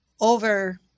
Over